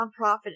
nonprofit